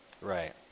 Right